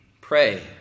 pray